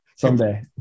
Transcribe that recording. someday